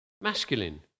Masculine